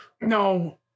No